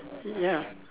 ya